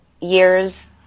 years